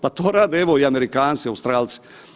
Pa to rade evo i Amerikanci, Australci.